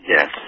Yes